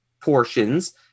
portions